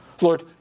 Lord